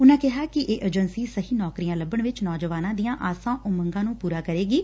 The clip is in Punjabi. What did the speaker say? ਉਨੂਾਂ ਕਿਹਾ ਕਿ ਇਹ ਏਜੰਸੀ ਸਹੀ ਨੌਕਰੀਆਂ ਲੱਭਣ ਵਿਚ ਨੌਜਵਾਨਾਂ ਦੀਆਂ ਆਸਾਂ ਉਮੰਗਾਂ ਪੁਰੀਆਂ ਕਰੇਗੀ